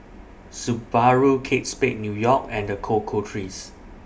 Subaru Kate Spade New York and The Cocoa Trees